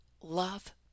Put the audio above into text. love